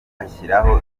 ashyiraho